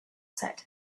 said